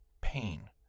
pain